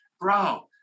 bro